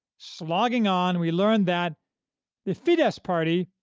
slogging on, we learn that the fidesz party.